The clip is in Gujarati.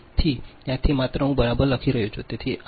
તેથી ત્યાંથી માત્ર હું જ બરાબર લખી રહ્યો છું